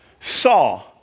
saw